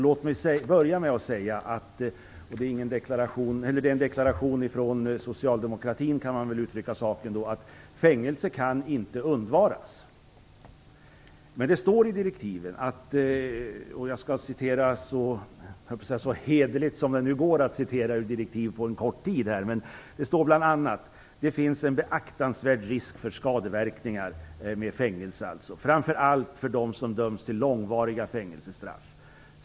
Låt mig börja med att säga att vi inom socialdemokratin deklarerat att fängelser inte kan undvaras. Jag skall citera ur direktiven så hederligt det nu går på denna korta tid. Bl.a. står det att det när det gäller fängelser finns "en beaktansvärd risk för skadeverkningar framför allt för dem som döms till långa fängelsestraff.